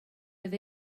oedd